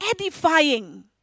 edifying